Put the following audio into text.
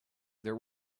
there